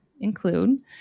include